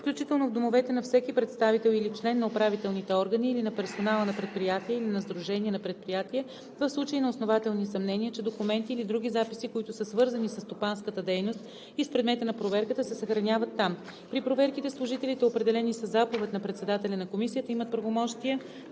включително в домовете на всеки представител или член на управителните органи или на персонала на предприятия или на сдружения на предприятия, в случай на основателни съмнения, че документи или други записи, които са свързани със стопанската дейност и с предмета на проверката, се съхраняват там. При проверките служителите, определени със заповед на председателя на Комисията, имат правомощията